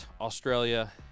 Australia